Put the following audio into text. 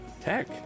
tech